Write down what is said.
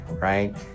right